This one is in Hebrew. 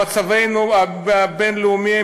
מצבנו הבין-לאומי,